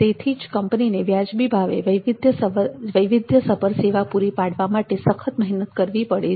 તેથી જ કંપનીને વ્યાજબી ભાવે વૈવિધ્યસભર સેવા પૂરી પાડવા માટે સખત મહેનત કરવી પડે છે